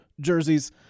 jerseys